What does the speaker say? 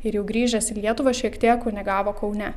ir jau grįžęs į lietuvą šiek tiek kunigavo kaune